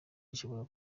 ishobora